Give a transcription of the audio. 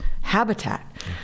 habitat